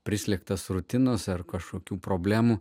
prislėgtas rutinos ar kažkokių problemų